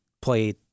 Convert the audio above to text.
play